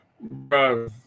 bro